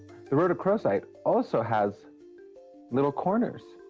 the rhodochrosite also has little corners.